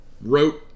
wrote